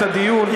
את הדיון,